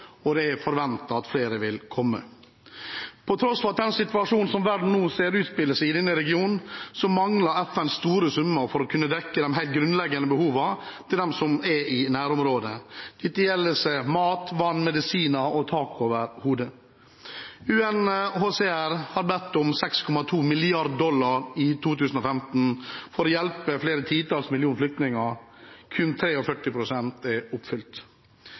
og det er forventet at flere vil komme. På tross av den situasjonen som verden nå ser utspiller seg i regionen, mangler FN store summer for å kunne dekke de helt grunnleggende behovene til dem som er i nærområdet. Dette gjelder mat, vann, medisiner og tak over hodet. UNHCR har bedt om 6,2 mrd. dollar i 2015 for å hjelpe flere titalls millioner flyktninger – kun 43 pst. er oppfylt.